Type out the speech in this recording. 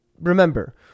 remember